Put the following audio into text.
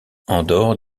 andorre